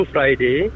Friday